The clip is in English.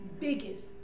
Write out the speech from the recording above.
biggest